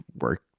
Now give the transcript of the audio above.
work